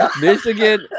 Michigan